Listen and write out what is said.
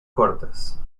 cortas